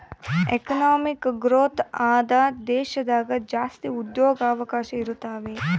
economic growth ಆದ ದೇಶದಾಗ ಜಾಸ್ತಿ ಉದ್ಯೋಗವಕಾಶ ಇರುತಾವೆ